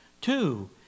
Two